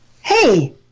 Hey